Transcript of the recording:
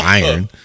iron